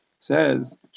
says